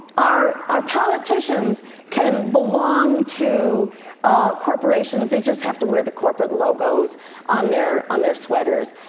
our our politicians can belong to corporations they just have to wear the corporate logos on their on their sweaters.